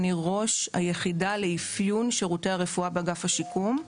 ואני ראש היחידה לאפיון שירותי הרפואה באגף השיקום.